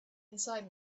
inside